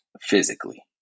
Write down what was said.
physically